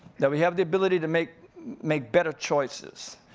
that we have the ability to make make better choices.